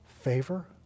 favor